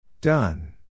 Done